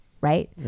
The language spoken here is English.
right